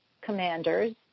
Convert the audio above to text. commanders